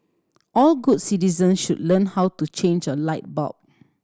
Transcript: all good citizens should learn how to change a light bulb